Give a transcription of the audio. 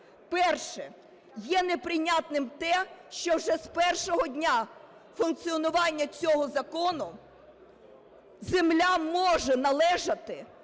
Перше. Є неприйнятним те, що вже з першого дня функціонування цього закону земля може належати